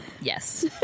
yes